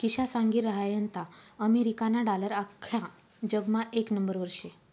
किशा सांगी रहायंता अमेरिकाना डालर आख्खा जगमा येक नंबरवर शे